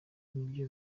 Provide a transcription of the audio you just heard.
ibyo